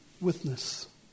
witness